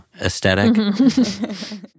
aesthetic